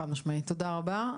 חד משמעית, תודה רבה.